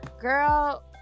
girl